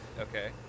Okay